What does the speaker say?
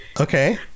Okay